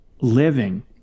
living